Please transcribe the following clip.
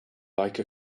like